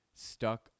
stuck